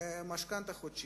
למשכנתה חודשית,